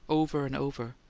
over and over,